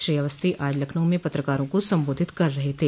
श्री अवस्थी आज लखनऊ में पत्रकारों को सम्बोधित कर रहे थे